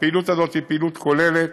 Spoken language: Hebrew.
הפעילות הזאת היא פעילות כוללת.